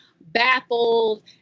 baffled